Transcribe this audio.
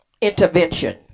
intervention